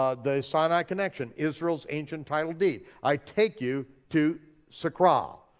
ah the sinai connection israel's ancient title deed. i take you to sakkara,